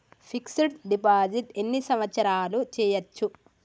Fix డ్ deposit ఎన్ని సంవత్సరాలు చేయచ్చు?